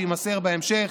ושמו יימסר בהמשך,